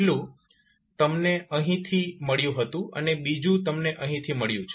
પહેલું તમને અહીંથી મળ્યું હતું અને બીજું તમને અહીંથી મળ્યું છે